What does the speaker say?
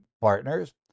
partners